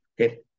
okay